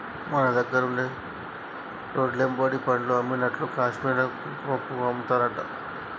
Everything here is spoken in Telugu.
మన దగ్గర రోడ్లెమ్బడి పండ్లు అమ్మినట్లు కాశ్మీర్ల కుంకుమపువ్వు అమ్ముతారట